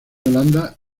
holanda